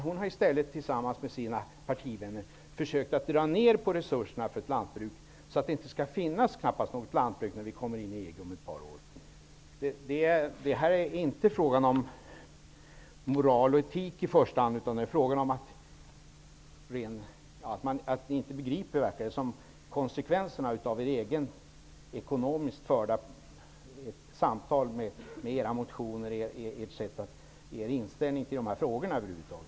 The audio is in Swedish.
Hon har i stället tillsammans med sina partivänner försökt att dra ned på resurserna för lantbruket så att det knappast kommer att finnas något lantbruk när vi kommer med i EG om ett par år. Det är inte i första hand fråga om moral och etik, utan det är fråga om att ni inte begriper konsekvenserna av den ekonomiska politik som ni för t.ex. genom era motioner eller av er inställning i de här frågorna över huvud taget.